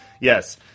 Yes